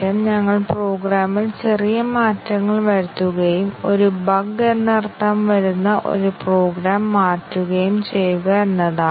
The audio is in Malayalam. തുടർന്ന് ഡൈനാമിക് പ്രോഗ്രാം അനലൈസർ എന്ന് വിളിക്കുന്ന ഒരു ചെറിയ ഉപകരണം ഞങ്ങളുടെ പക്കലുണ്ട്